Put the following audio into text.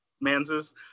Manses